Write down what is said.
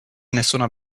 nessuna